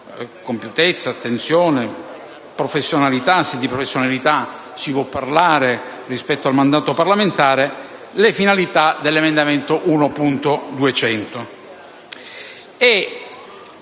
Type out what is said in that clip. compiutezza, attenzione e professionalità - se di professionalità si può parlare rispetto al mandato parlamentare - le finalità dell'emendamento 1.200.